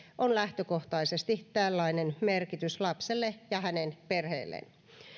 on lähtökohtaisesti tällainen merkitys lapselle ja hänen perheelleen